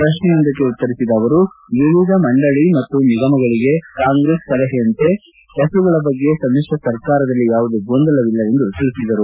ಪ್ರಶ್ನೆಯೊಂದಕ್ಕೆ ಉತ್ತರಿಸಿದ ಅವರು ವಿವಿಧ ಮಂಡಳಿ ಮತ್ತು ನಿಗಮಗಳಿಗೆ ಕಾಂಗ್ರೆಸ್ ಸಲಹೆ ಮಾಡಿರುವವರ ಹೆಸರುಗಳ ಬಗ್ಗೆ ಸಮಿಶ್ರ ಸರ್ಕಾರದಲ್ಲಿ ಯಾವುದೇ ಗೊಂದಲವಿಲ್ಲ ಎಂದು ತಿಳಿಸಿದರು